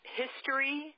history